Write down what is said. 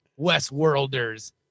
Westworlders